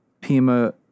Pima